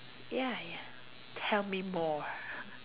ya ya tell me more